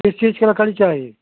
किस चीज़ का लकड़ी चाहिए